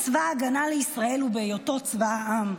כוחו של צבא ההגנה לישראל הוא בהיותו צבא העם,